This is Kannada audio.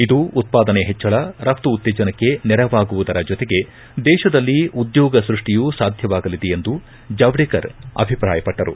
ಇದು ಉತ್ಪಾದನೆ ಹೆಚ್ಚಳ ರಫ್ತು ಉತ್ತೇಜನಕ್ಕೆ ನೆರವಾಗುವುದರ ಜೊತೆಗೆ ದೇಶದಲ್ಲಿ ಉದ್ಯೋಗ ಸೃಷ್ಟಿಯೂ ಸಾಧ್ಯವಾಗಲಿದೆ ಎಂದು ಜಾವ್ಡೇಕರ್ ಅಭಿಪ್ರಾಯಪಟ್ಟರು